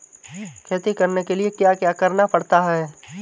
खेती करने के लिए क्या क्या करना पड़ता है?